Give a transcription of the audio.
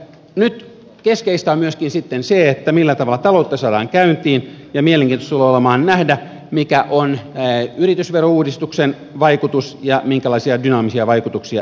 nyt keskeistä on myöskin sitten se millä tavalla taloutta saadaan käyntiin ja mielenkiintoista tulee olemaan nähdä mikä on yritysverouudistuksen vaikutus ja minkälaisia dynaamisia vaikutuksia sillä tulee olemaan